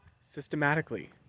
systematically